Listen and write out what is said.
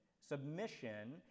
submission